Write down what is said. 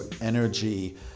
Energy